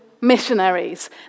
missionaries